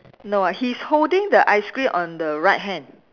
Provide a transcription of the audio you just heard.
no ah he's holding the ice cream on the right hand